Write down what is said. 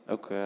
Ook